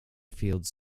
fields